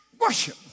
worship